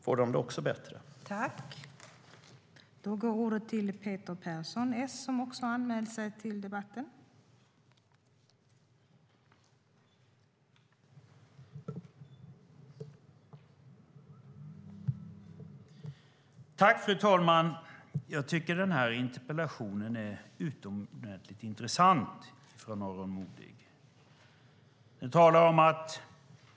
Får de det också bättre?